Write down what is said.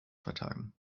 vertagen